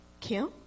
Kim